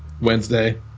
Wednesday